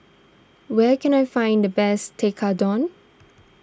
where can I find the best Tekkadon